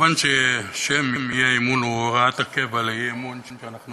מובן שהשם "אי-אמון" הוא הוראת הקבע לאי-אמון שאנחנו